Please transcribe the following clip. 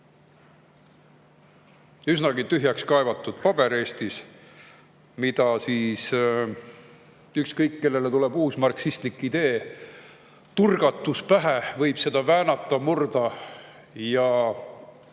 üsnagi tühjaks kaevatud paber Eestis, mida siis, kui kellelegi tuleb uus marksistlik idee, turgatus pähe, võib väänata, murda ja